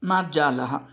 मार्जालः